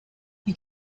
you